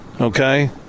okay